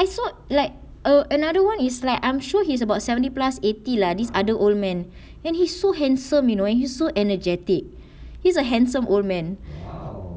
I saw like a~ another one is like I'm sure he's about seventy plus eighty lah this other old man and he's so handsome you know he so energetic he's a handsome old man